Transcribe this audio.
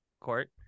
Court